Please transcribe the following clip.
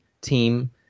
team